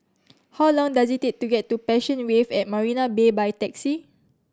how long does it take to get to Passion Wave at Marina Bay by taxi